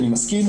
אני מסכים,